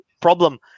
problem